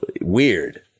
weird